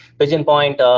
pigeon point, um